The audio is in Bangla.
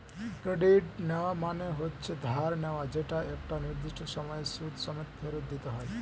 ক্রেডিট নেওয়া মানে হচ্ছে ধার নেওয়া যেটা একটা নির্দিষ্ট সময়ে সুদ সমেত ফেরত দিতে হয়